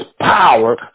power